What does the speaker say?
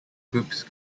groups